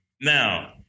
Now